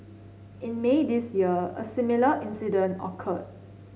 in May this year a similar incident occurred